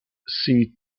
sea